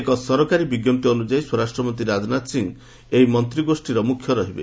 ଏକ ସରକାରୀ ବିଞ୍କପ୍ତି ଅନୁଯାୟୀ ସ୍ୱରାଷ୍ଟ୍ରମନ୍ତ୍ରୀ ରାଜନାଥ ସିଂ ଏହି ମନ୍ତ୍ରୀଗୋଷ୍ଠୀର ମୁଖ୍ୟ ରହିବେ